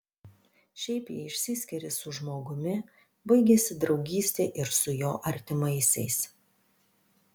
šiaip jei išsiskiri su žmogumi baigiasi draugystė ir su jo artimaisiais